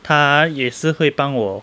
他也是会帮我